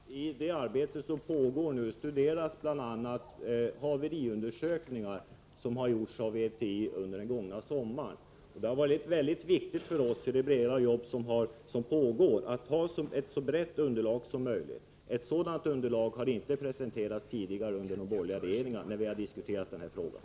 Fru talman! I det arbete som nu pågår studeras bl.a. haveriundersökningar som har gjorts av VTI under den gångna sommaren. Det har varit och är mycket viktigt för oss i det arbete som pågår att ha ett så brett underlag som möjligt. Något sådant underlag har inte presenterats tidigare, under de borgerliga regeringarna, när vi har diskuterat den här frågan.